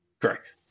Correct